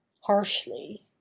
harshly